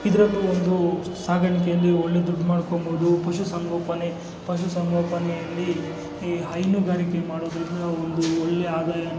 ಇದರದ್ದು ಒಂದು ಸಾಕಾಣಿಕೆಯೆಂದು ಒಳ್ಳೆ ದುಡ್ಡು ಮಾಡ್ಕೋಬಹುದು ಪಶು ಸಂಗೋಪನೆ ಪಶು ಸಂಗೋಪನೆಯಲ್ಲಿ ಈ ಹೈನುಗಾರಿಕೆ ಮಾಡುವುದರಿಂದ ನಾವು ಒಂದು ಒಳ್ಳೆಯ ಆದಾಯವನ್ನು